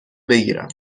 بگیرم